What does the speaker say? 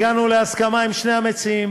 הגענו להסכמה עם שני המציעים,